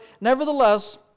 nevertheless